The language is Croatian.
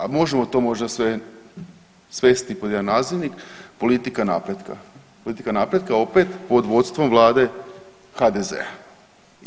A možemo možda to sve svesti pod jedan nazivnik politika napretka, politika napretka opet pod vodstvom Vlade HDZ-a.